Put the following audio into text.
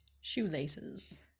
Shoelaces